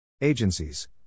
Agencies